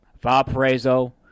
Valparaiso